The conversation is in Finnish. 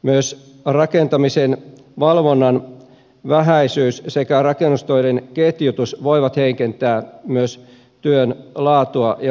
myös rakentamisen valvonnan vähäisyys sekä rakennustöiden ketjutus voivat heikentää työn laatua ja lopputulosta